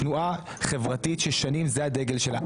תנועה חברתית ששנים זה הדגל שלה,